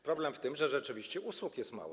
Problem w tym, że rzeczywiście usług jest mało.